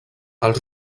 els